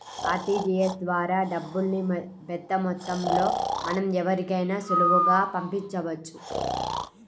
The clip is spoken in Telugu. ఆర్టీజీయస్ ద్వారా డబ్బుల్ని పెద్దమొత్తంలో మనం ఎవరికైనా సులువుగా పంపించవచ్చు